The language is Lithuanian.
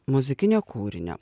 muzikinio kūrinio